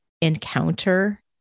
encounter